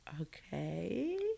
Okay